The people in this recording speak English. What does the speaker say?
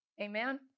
Amen